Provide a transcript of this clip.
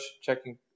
checking